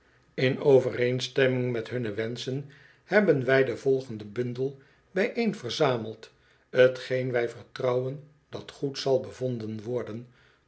in overeenstemming met hunne wenschen hebben wij den volgenden bundel bijeenverzameld t geen wij vertrouwen dat goed zal bevonden worden